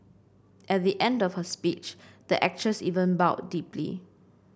at the end of her speech the actress even bowed deeply